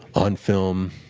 on film.